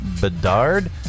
Bedard